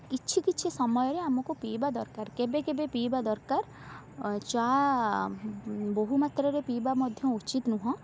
କିଛି କିଛି ସମୟରେ ଆମକୁ ପିଇବା ଦରକାର କେବେ କେବେ ପିଇବା ଦରକାର ଚା' ବହୁ ମାତ୍ରାରେ ପିଇବା ମଧ୍ୟ ଉଚିତ ନୁହେଁ